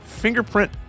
fingerprint